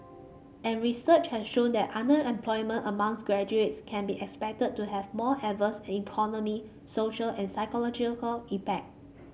and research has shown that underemployment amongst graduates can be expected to have more adverse economic social and psychological impact